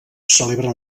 celebren